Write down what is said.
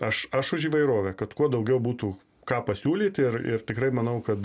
aš aš už įvairovę kad kuo daugiau būtų ką pasiūlyt ir ir tikrai manau kad